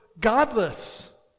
godless